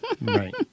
Right